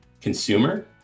consumer